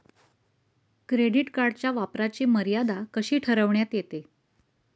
Credit कार्डच्या वापराची मर्यादा कशी ठरविण्यात येते?